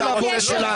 כסיף?